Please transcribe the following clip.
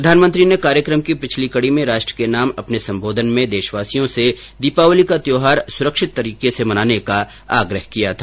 प्रधानमंत्री ने कार्यक्रम की पिछली कड़ी में राष्ट्र के नाम अपने सम्बोधन में देशवासियों से दीपावली का त्यौहार सुरक्षित तरीके से मनाने का आग्रह किया था